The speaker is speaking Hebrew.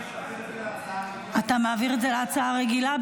אני מעביר את זה להצעה רגילה.